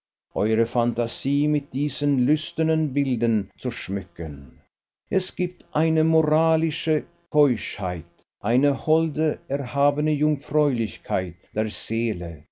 eure phantasie mit diesen lüsternen bildern zu schmücken es gibt eine moralische keuschheit eine holde erhabene jungfräulichkeit der seele